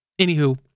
anywho